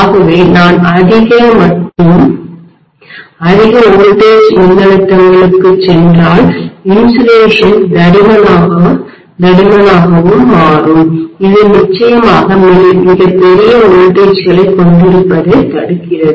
ஆகவே நான் அதிக மற்றும் அதிக வோல்டேஜ்களுக்குமின்னழுத்தங்களுக்குச் சென்றால் இன்சுலேஷன் தடிமனாக தடிமனாகவும் மாறும் இதுநிச்சயமாக மிகப் பெரிய மின்னழுத்தங்களைக்வோல்டேஜ் களை கொண்டிருப்பதைத் தடுக்கிறது